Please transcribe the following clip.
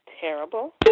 terrible